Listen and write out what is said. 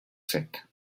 sept